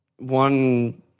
One